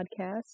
podcast